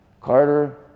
Carter